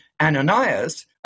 Ananias